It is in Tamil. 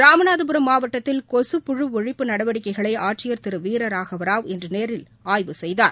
ராமநாதபுரம் மாவட்த்தில் கொசுப்புழு ஒழிப்பு நடவடிக்கைகளை ஆட்சியர் திரு வீரராகவ ராவ் இன்று நேரில் ஆய்வு செய்தார்